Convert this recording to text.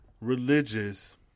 religious